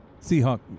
Seahawk